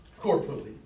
corporately